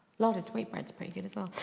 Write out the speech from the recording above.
larded sweet bread is pretty good as well.